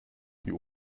die